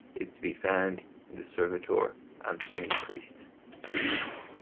is to be found in the servitor answering the priest at mass.